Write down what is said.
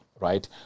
Right